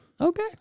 Okay